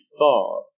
far